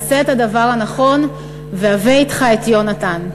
עשה את הדבר הנכון והבא אתך את יונתן.